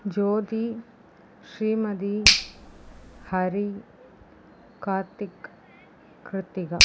Jothi Srimathi Hari Karthik Kiruthika